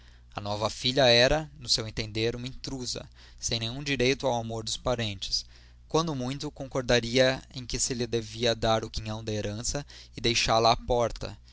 a nova filha era no seu entender uma intrusa sem nenhum direito ao amor dos parentes quando muito concordaria em que se lhe devia dar o quinhão da herança e deixá-la à porta